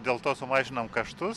dėl to sumažinam kaštus